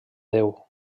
déu